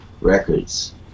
Records